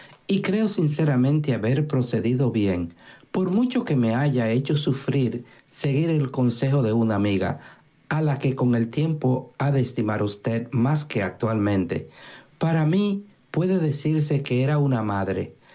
y creo sinceramente haber procedido bien por mucho que me haya hecho sufrir seguir el consejo de una amiga a la que con el tiempo ha de estimar usted más que actualmente para mí puede decirse que era una madre